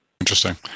Interesting